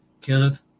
Kenneth